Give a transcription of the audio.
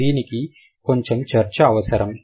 దీనికి కొంచెం చర్చ అవసరం